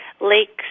lakes